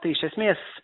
tai iš esmės